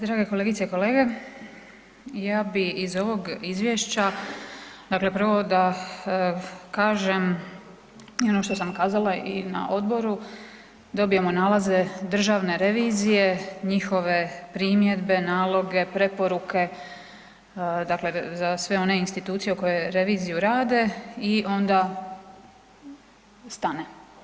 Drage kolegice i kolege, ja bih iz ovog Izvješća, dakle prvo da kažem i ono što sam kazala i na odboru, dobijemo nalaze Državne revizije, njihove primjedbe, naloge, preporuke dakle za sve one institucije koje revizije rade i onda stane.